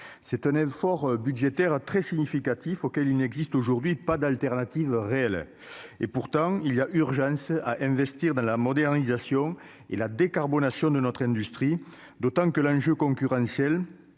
c'est un effort budgétaire très significatif, auquel il n'existe aujourd'hui pas d'alternative réelle et pourtant il y a urgence à investir dans la modernisation et la décarbonation de notre industrie, d'autant que l'enjeu concurrentiel